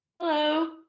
Hello